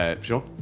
Sure